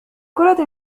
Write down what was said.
كرة